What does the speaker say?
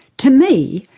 to me,